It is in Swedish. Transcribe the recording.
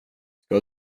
ska